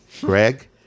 Greg